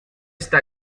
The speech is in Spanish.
esta